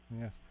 Yes